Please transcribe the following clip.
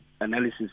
analysis